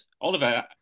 oliver